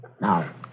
Now